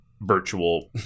virtual